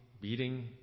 beating